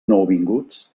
nouvinguts